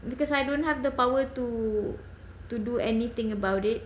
because I don't have the power to to do anything about it